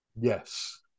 Yes